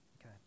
Okay